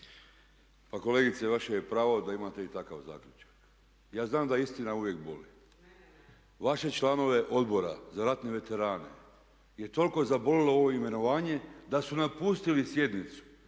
Pa kolegice, vaše je pravo da imate i takav zaključak. Ja znam da istina uvijek boli. Vaše članove Odbora za ratne veterane je toliko zaboljelo ovo imenovanje da su napustili sjednicu